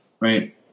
Right